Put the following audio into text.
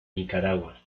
nicaragua